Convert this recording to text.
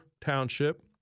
Township